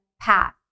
path